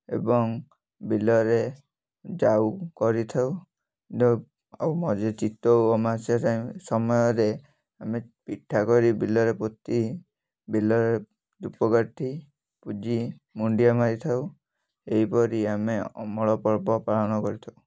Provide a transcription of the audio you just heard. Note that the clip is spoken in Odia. ଏବଂ ବିଲରେ ଯାଉ କରିଥାଉ ଆଉ ମଝିରେ ଚିତଉ ଅମାବାସ୍ୟା ଟାଇମ୍ ସମୟରେ ଆମେ ପିଠା କରି ବିଲରେ ପୋତି ବିଲରେ ଧୂପ କାଠି ପୂଜି ମୁଣ୍ଡିଆ ମାରିଥାଉ ଏହିପରି ଆମେ ଅମଳ ପର୍ବ ପାଳନ କରିଥାଉ